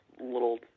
little